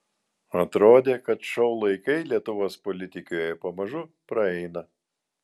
atrodė kad šou laikai lietuvos politikoje pamažu praeina